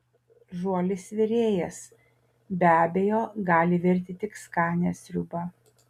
žuolis virėjas be abejo gali virti tik skanią sriubą